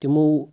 تِمو